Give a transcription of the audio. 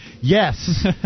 yes